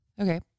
Okay